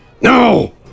No